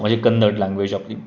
म्हणजे कन्नड लँग्वेज आपली